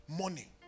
Money